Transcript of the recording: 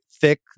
thick